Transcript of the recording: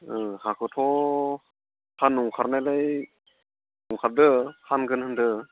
हाखौथ' फाननो ओंखारनायालाय ओंखारदों फानगोन होन्दों